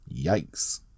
Yikes